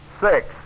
six